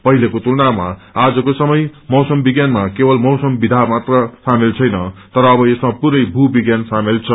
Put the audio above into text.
पहिलेको तुलनामा आजको समय मौसम विज्ञानमा केवल मौसम विध्या मात्र सामेल छैन तर अव यसमा पूरै भू विज्ञान सामेल छ